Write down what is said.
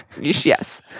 yes